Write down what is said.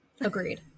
agreed